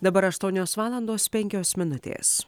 dabar aštuonios valandos penkios minutės